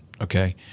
okay